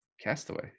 Castaway